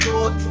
Lord